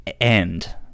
End